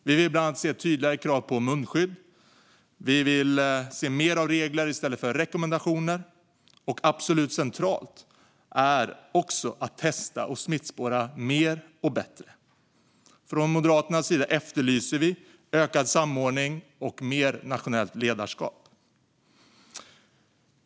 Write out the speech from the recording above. Vi vill bland annat se tydligare krav på munskydd och mer av regler i stället för rekommendationer. Absolut centralt är också att testa och smittspåra mer och bättre. Från Moderaternas sida efterlyser vi ökad samordning och mer nationellt ledarskap.